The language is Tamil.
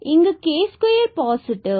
இங்கு k2 பாசிட்டிவ்